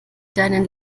deinen